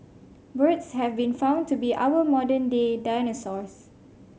birds have been found to be our modern day dinosaurs